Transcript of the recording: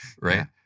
right